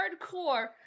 hardcore